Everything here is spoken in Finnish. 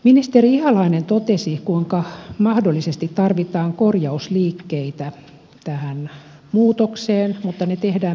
ministeri ihalainen totesi kuinka mahdollisesti tarvitaan korjausliikkeitä tähän muutokseen mutta ne tehdään myöhemmin